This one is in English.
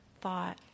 thought